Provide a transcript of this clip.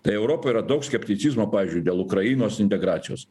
tai europoj yra daug skepticizmo pavyzdžiui dėl ukrainos integracijos